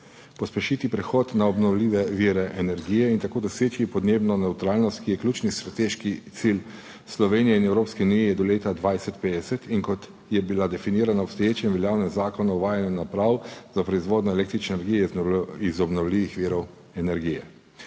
pospešiti prehod na obnovljive vire energije in tako doseči podnebno nevtralnost, ki je ključni strateški cilj Slovenije in Evropske unije do leta 2050 in kot je bila definirana v obstoječem veljavnem Zakonu o uvajanju naprav za proizvodnjo električne energije iz obnovljivih virov energije.